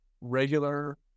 regular